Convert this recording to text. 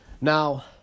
Now